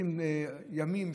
עושים ימים שמעריכים,